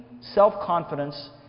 self-confidence